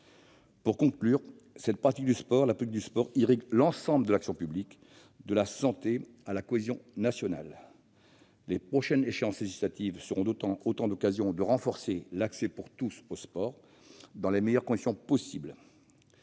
Pour conclure, je souligne que la politique du sport irrigue l'ensemble de l'action publique, de la santé à la cohésion nationale. Les prochaines échéances législatives seront autant d'occasions de renforcer l'accès au sport pour tous dans les meilleures conditions possible.